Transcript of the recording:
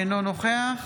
אינו נוכח